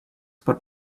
what